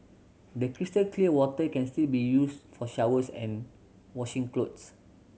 the crystal clear water can still be used for showers and washing clothes